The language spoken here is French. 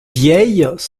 vieilles